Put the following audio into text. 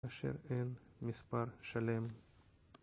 אשר אין מספר שלם